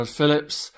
Phillips